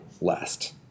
last